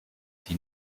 die